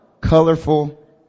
colorful